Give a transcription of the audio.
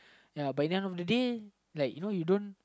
ya but at the end of the day lie you know you don't